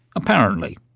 apparently.